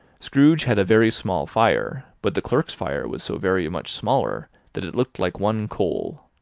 scrooge had a very small fire, but the clerk's fire was so very much smaller that it looked like one coal.